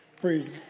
Praise